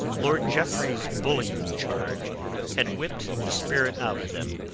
lord jeffreys's bullying charge had whipped the spirit out of them.